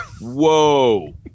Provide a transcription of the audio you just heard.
whoa